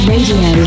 Radio